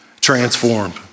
transformed